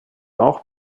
auch